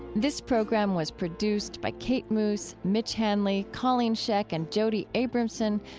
this program was produced by kate moos, mitch hanley, colleen scheck and jody abramson.